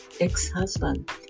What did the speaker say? ex-husband